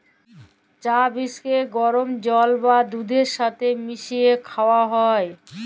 চাঁ বীজকে গরম জল বা দুহুদের ছাথে মিশাঁয় খাউয়া হ্যয়